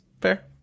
Fair